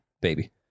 Baby